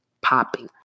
popping